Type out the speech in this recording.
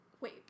Wait